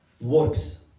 works